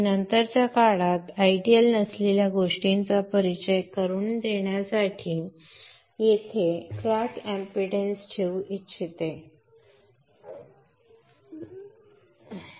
मी नंतरच्या काळात आदर्श नसलेल्या गोष्टींचा परिचय करून देण्यासाठी येथे ट्रॅक एमपीडन्स ठेवू इच्छितो